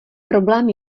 problém